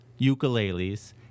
ukuleles